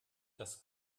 das